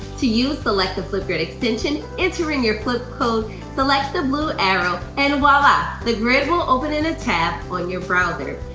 to use, select the flipgrid extension, enter in your flipcode, select the blue arrow and voila, the grid will open in a tab on your browser.